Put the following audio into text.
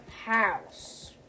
house